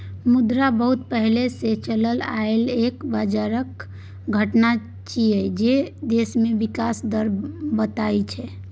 मुद्रा बहुत पहले से चलल आइल एक बजारक घटना छिएय जे की देशक विकासक दर बताबैत छै